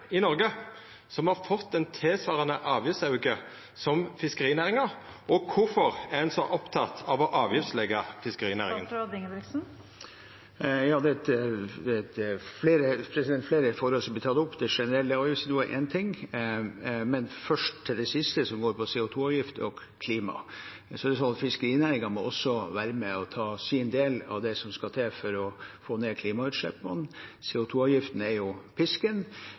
i Noreg som har fått ein tilsvarande avgiftsauke som fiskerinæringa, og kvifor er ein så oppteken av å avgiftsleggja fiskerinæringa? Det er flere forhold som blir tatt opp. Det generelle avgiftsnivået er én ting, men først til det siste, som går på CO 2 -avgift og klima. Fiskerinæringen må også være med og ta sin del av det som skal til for å få ned klimautslippene. CO 2 -avgiften er pisken